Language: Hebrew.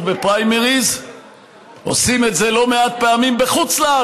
בפריימריז עושים את זה לא מעט פעמים בחו"ל.